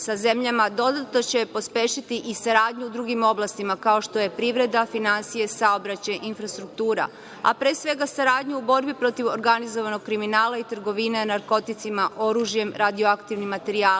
sa zemljama, dodatno će pospešiti i saradnju u drugim oblastima, kao što je privreda, finansije, saobraćaj i infrastruktura, a pre svega saradnja u borbi protiv organizovanog kriminala i trgovine narkoticima, oružjem, radioaktivnim materijalima.